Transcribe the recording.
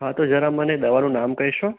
હા તો જરા મને દવાનું નામ કહેશો